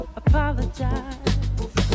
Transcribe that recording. apologize